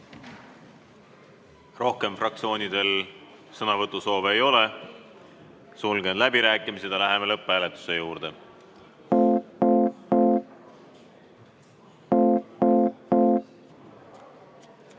Rohkem fraktsioonidel sõnavõtusoove ei ole. Sulgen läbirääkimised ja läheme lõpphääletuse juurde. Head